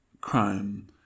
crime